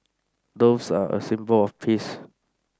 doves are a symbol of peace